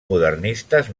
modernistes